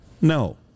No